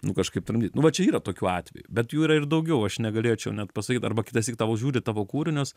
nu kažkaip tramdyt nu va čia yra tokių atvejų bet jų yra ir daugiau aš negalėčiau net pasakyt arba kitą syk tavo žiūri tavo kūrinius